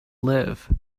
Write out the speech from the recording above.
live